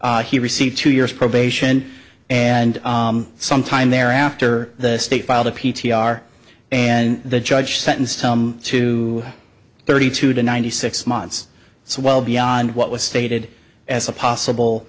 he received two years probation and sometime thereafter the state filed a p t r and the judge sentenced him to thirty two to ninety six months so well beyond what was stated as a possible